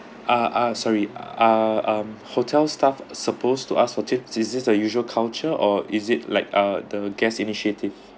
ah ah sorry are um hotel staff supposed to ask for tips is this the usual culture or is it like uh the guests initiative